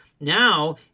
Now